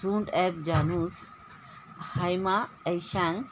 झुंड ॲफ जानूस हैमा ऐशांग